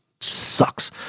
sucks